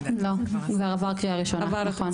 לא, כבר עבר קריאה ראשונה.